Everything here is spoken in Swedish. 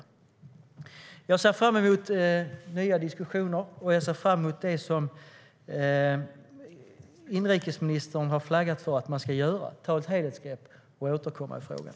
Jag ser fram emot nya diskussioner och mot det som inrikesministern har flaggat för att man ska göra, ta ett helhetsgrepp och återkomma i frågan.